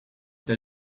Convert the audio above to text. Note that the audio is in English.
tell